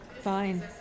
Fine